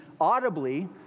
audibly